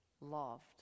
loved